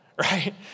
right